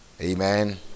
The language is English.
Amen